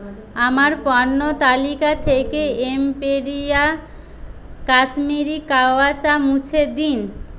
আমার পণ্য তালিকা থেকে এম্পেরিয়া কাশ্মীরি কাওয়া চা মুছে দিন